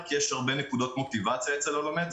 כי יש הרבה נקודות מוטיבציה אצל הלומד.